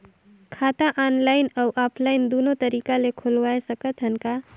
खाता ऑनलाइन अउ ऑफलाइन दुनो तरीका ले खोलवाय सकत हन का?